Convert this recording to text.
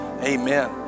Amen